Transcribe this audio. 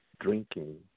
drinking